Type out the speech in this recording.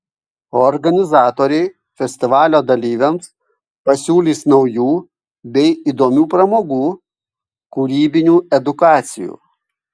organizatoriai festivalio dalyviams pasiūlys naujų bei įdomių pramogų kūrybinių edukacijų